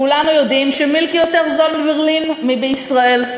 כולם יודעים שמילקי בברלין יותר זול מבישראל.